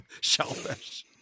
Shellfish